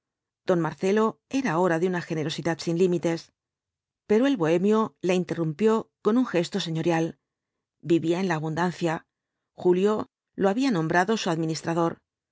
don marcelo era ahora de una generosidad sin límites pero el bohemio la interrumpió con un gesto señorial vivía en la abundancia julio lo había nombrado su administrador